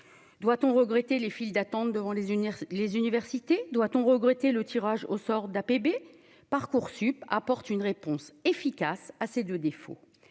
doit-on regretter les files d'attente devant les unir les universités doit-on regretter le tirage au sort d'APB Parcoursup apporte une réponse efficace à de défauts,